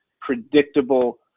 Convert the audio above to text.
predictable